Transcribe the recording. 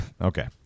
Okay